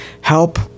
help